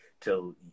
till